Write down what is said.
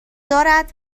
دارد